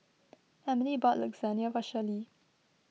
Emilee bought Lasagne for Shirley